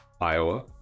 Iowa